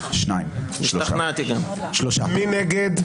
מי נגד?